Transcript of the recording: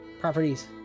Properties